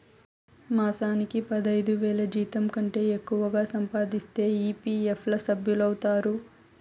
మాసానికి పదైదువేల జీతంకంటే ఎక్కువగా సంపాదిస్తే ఈ.పీ.ఎఫ్ ల సభ్యులౌతారు